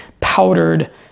powdered